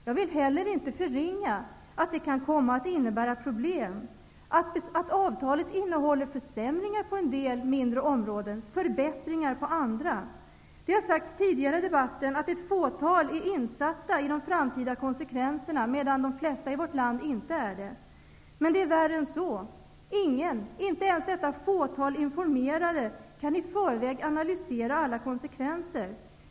Jag vill heller inte förringa att det kan komma att innebära problem att avtalet innehåller försämringar på en del mindre områden och förbättringar på andra. Det har sagts tidigare i debatten att bara ett fåtal personer är insatta i frågan om de framtida konsekvenserna. De flesta är alltså inte insatta i den frågan. Men det är värre än så. Ingen, inte ens detta fåtal personer som är informerade, kan i förväg analysera alla konsekvenser.